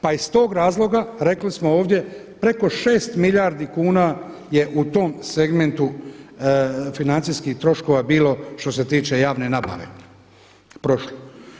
Pa iz tog razloga rekli smo ovdje preko 6 milijardi kuna je u tom segmentu financijskih troškova bilo šte se tiče javne nabave prošlo.